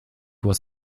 was